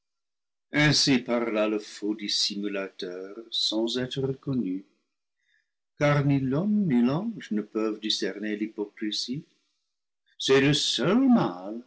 ainsi parla le faux dissimulateur sans être reconnu car ni l'homme ni l'ange ne peuvent discerner l'hypocrisie c'est lé seul